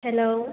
hello